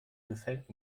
gefällt